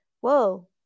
Whoa